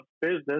business